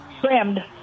trimmed